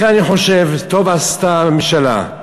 לכן, אני חושב שטוב עשתה הממשלה,